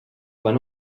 van